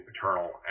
paternal